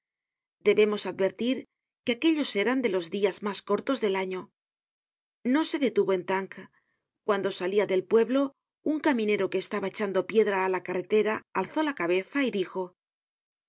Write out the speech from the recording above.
debemos advertir que aquellos eran de los dias mas cortos del año no se detuvo en tinques cuando salia del pueblo un caminero que estaba echando piedra á la carretera alzó la cabeza y dijo